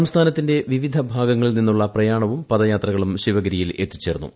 സംസ്ഥാനത്തിന്റെ വിവിധ ഭാഗങ്ങളിൽ നിന്നുള്ള പ്രയാണവും പദയാത്രകളും ശിവഗിരിയിൽ എത്തിച്ചേർന്നു